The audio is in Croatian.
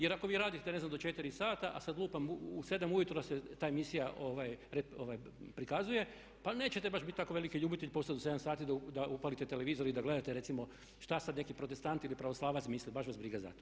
Jer ako vi radite, ne znam do 4 sata, a sada lupam, u 7 ujutro se ta emisija prikazuje, pa nećete baš biti tako veliki ljubitelj poslije u 7 sati da upalite televizor i da gledate recimo šta sada neki protestant ili pravoslavac misli, baš vas briga za to.